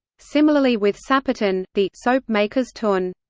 similarly with sapperton, the soap-makers tun.